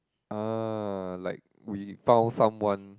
orh like we found someone